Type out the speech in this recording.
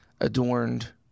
adorned